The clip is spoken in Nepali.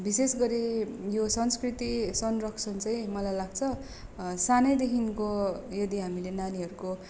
विशेष गरी यो संस्कृति संरक्षण चाहिँ मलाई लाग्छ सानैदेखिको यदि हामीले नानीहरुको